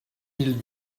mille